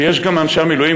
יש גם מאנשי המילואים,